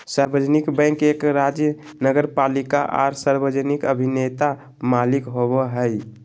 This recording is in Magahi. सार्वजनिक बैंक एक राज्य नगरपालिका आर सार्वजनिक अभिनेता मालिक होबो हइ